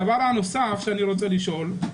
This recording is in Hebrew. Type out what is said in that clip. הדבר הנוסף שאני רוצה לשאול הוא